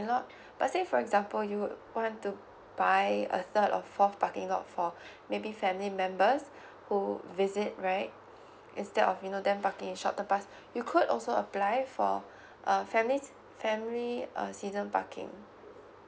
lot but say for example you would want to buy a third or fourth parking lot for maybe family members who visit right instead of you know them parking in short term pass you could also apply for a family's family err season parking